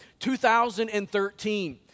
2013